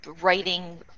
writing